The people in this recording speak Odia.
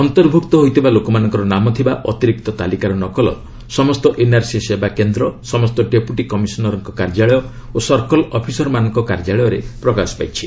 ଅନ୍ତର୍ଭୁକ୍ତ ହୋଇଥିବା ଲୋକମାନଙ୍କର ନାମ ଥିବା ଅତିରିକ୍ତ ତାଲିକାର ନକଲ ସମସ୍ତ ଏନ୍ଆର୍ସି ସେବାକେନ୍ଦ୍ର ସମସ୍ତ ଡେପୁଟୀ କମିଶନରଙ୍କ କାର୍ଯ୍ୟାଳୟ ଓ ସର୍କଲ ଅଫିସରମାନଙ୍କ କାର୍ଯ୍ୟାଳୟରେ ପ୍ରକାଶ ପାଇଛି